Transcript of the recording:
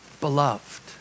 beloved